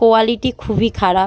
quality খুবই খারাপ